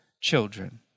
children